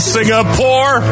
Singapore